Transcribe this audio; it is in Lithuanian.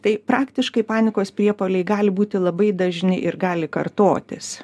tai praktiškai panikos priepuoliai gali būti labai dažni ir gali kartotis